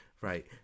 Right